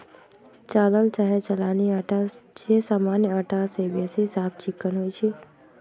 चालल चाहे चलानी अटा जे सामान्य अटा से बेशी साफ चिक्कन होइ छइ